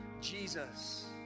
Jesus